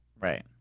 Right